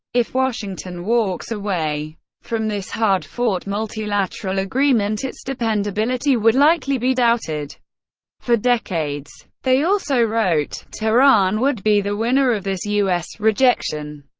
if washington walks away from this hard-fought multilateral agreement, its dependability would likely be doubted for decades. they also wrote tehran would be the winner of this u s. rejection,